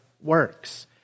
works